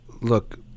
look